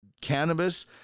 cannabis